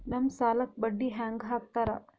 ನಮ್ ಸಾಲಕ್ ಬಡ್ಡಿ ಹ್ಯಾಂಗ ಹಾಕ್ತಾರ?